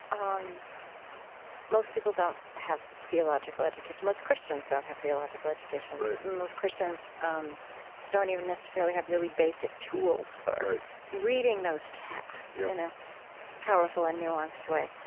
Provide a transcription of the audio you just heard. um most people don't have theological education. most christians don't have theological educations. most christians um don't even necessarily have really basic tools for reading those texts in a powerful and nuanced way.